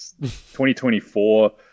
2024